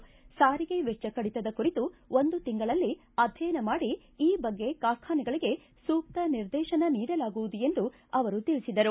ಸಾರಿಗೆ ವೆಜ್ಜ ಕಡಿತದ ಕುರಿತು ಒಂದು ತಿಂಗಳಲ್ಲಿ ಆಧ್ಯಯನ ಮಾಡಿ ಈ ಬಗ್ಗೆ ಕಾರ್ಖಾನೆಗಳಿಗೆ ಸೂಕ್ತ ನಿರ್ದೇಶನ ನೀಡಲಾಗುವುದು ಎಂದು ಅವರು ತಿಳಿಸಿದರು